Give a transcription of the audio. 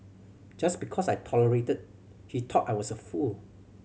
just because I tolerated he thought I was a fool